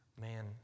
man